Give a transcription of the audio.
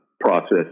process